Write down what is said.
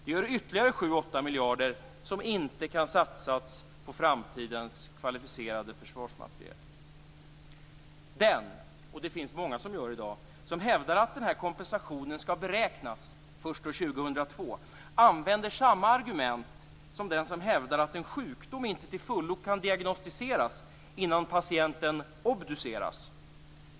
Det gör ytterligare 7-8 miljarder som inte kan satsas på framtidens kvalificerade försvarsmateriel. Den - och det finns många sådana i dag - som hävdar att den här kompensationen skall beräknas först år 2002 använder samma argument som den som hävdar att en sjukdom inte till fullo kan diagnostiseras innan patienten obducerats.